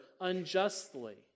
unjustly